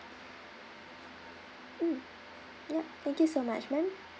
mm yup thank you so much ma'am